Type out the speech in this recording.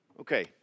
Okay